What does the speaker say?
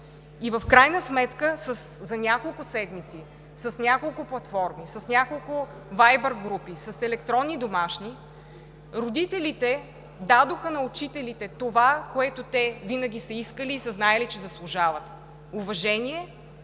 И в крайна сметка за няколко седмици с няколко платформи, с няколко вайбър групи, с електронни домашни родителите дадоха на учителите това, което те винаги са искали и са знаели, че заслужават – уважение,